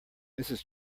mrs